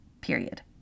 Period